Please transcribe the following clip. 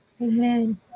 Amen